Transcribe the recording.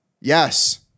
Yes